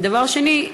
דבר שני,